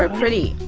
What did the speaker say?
ah pretty